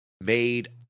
made